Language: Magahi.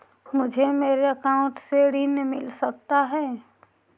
मुझे मेरे अकाउंट से ऋण मिल सकता है?